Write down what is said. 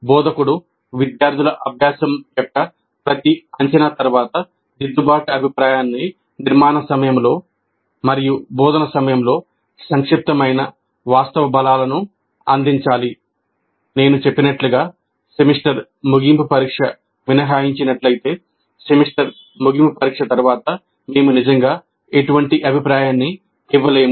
బోధకుడు విద్యార్థుల అభ్యాసం యొక్క ప్రతి అంచనా తర్వాత దిద్దుబాటు అభిప్రాయాన్ని నిర్మాణ సమయంలో మరియు బోధన సమయంలో సంక్షిప్త మైనవాస్తవ బలాలను అందించాలి నేను చెప్పినట్లుగా సెమిస్టర్ ముగింపు పరీక్ష మినహాయించి నట్లయితే సెమిస్టర్ ముగింపు పరీక్ష తర్వాత మేము నిజంగా ఎటువంటి అభిప్రాయాన్ని ఇవ్వలేము